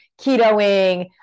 ketoing